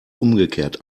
umgekehrt